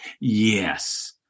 Yes